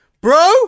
Bro